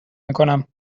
میکنم